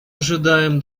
ожидаем